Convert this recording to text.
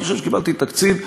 אני חושב שקיבלתי תקציב,